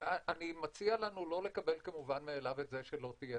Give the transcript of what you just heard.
אני מציע לנו לקבל כמובן מאליו את זה שלא תהיה.